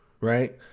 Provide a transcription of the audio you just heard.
Right